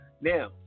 now